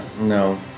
no